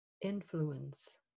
influence